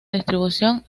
distribución